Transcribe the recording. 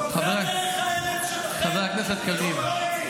חבר הכנסת קריב,